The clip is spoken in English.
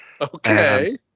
Okay